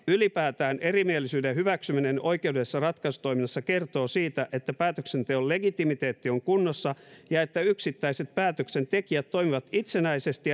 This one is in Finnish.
ylipäätään erimielisyyden hyväksyminen oikeudellisessa ratkaisutoiminnassa kertoo siitä että päätöksenteon legitimiteetti on kunnossa ja että yksittäiset päätöksentekijät toimivat itsenäisesti